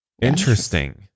Interesting